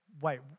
Wait